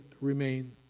remain